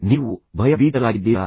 ನೀವು ಭಯಭೀತರಾಗಿದ್ದೀರಾ